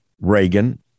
Reagan